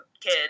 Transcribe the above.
kid